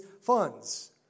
funds